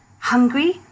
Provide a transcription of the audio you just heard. hungry